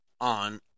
on